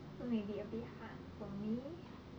so maybe a bit hard for me